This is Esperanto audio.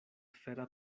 fera